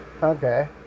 Okay